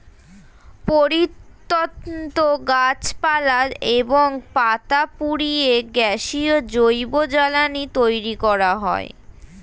পরিত্যক্ত গাছপালা এবং পাতা পুড়িয়ে গ্যাসীয় জৈব জ্বালানি তৈরি করা হয়